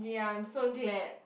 ya I'm so glad